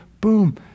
boom